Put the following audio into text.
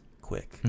quick